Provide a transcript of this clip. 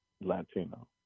Latino